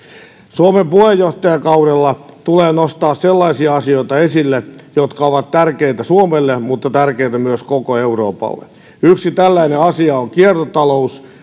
suomen puheenjohtajakaudella tulee nostaa sellaisia asioita esille jotka ovat tärkeitä suomelle mutta tärkeitä myös koko euroopalle yksi tällainen asia on kiertotalous